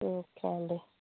okay అండి